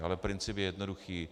Ale princip je jednoduchý.